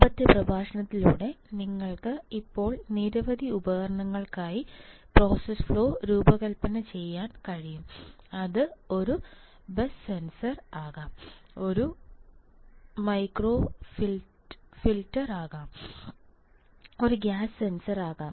മുമ്പത്തെ പ്രഭാഷണത്തിലൂടെ നിങ്ങൾക്ക് ഇപ്പോൾ നിരവധി ഉപകരണങ്ങൾക്കായി പ്രോസസ് ഫ്ലോ രൂപകൽപ്പന ചെയ്യാൻ കഴിയും അത് ഒരു ബസ് സെൻസർ ആകാം ഒരു മൈക്രോ ഹീറ്ററാകാൻ ആകാം ഒരു ഗ്യാസ് സെൻസറാകാം